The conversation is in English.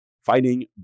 fighting